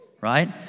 right